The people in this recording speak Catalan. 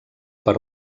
per